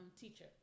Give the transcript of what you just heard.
teacher